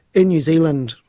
in new zealand,